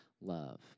love